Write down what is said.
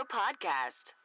podcast